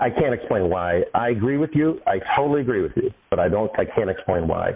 i can explain why i agree with you i totally agree with you but i don't i can explain why